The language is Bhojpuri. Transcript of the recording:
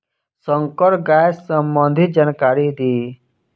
संकर गाय सबंधी जानकारी दी?